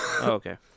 okay